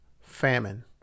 famine